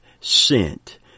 sent